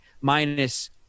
minus